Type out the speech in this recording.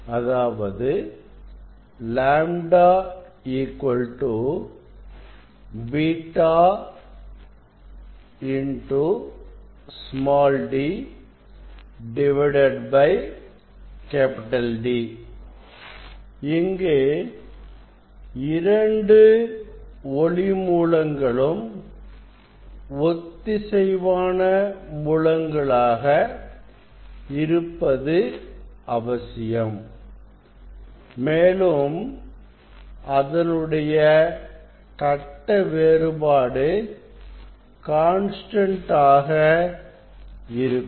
அதாவது λ β dD இங்கு இரண்டு ஒளி மூலங்களும் ஒத்திசைவானமூலங்களாக இருப்பது அவசியம் மேலும் அதனுடைய கட்ட வேறுபாடு கான்ஸ்டன்ட் ஆக இருக்கும்